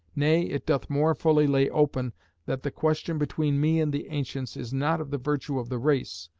nay it doth more fully lay open that the question between me and the ancients is not of the virtue of the race,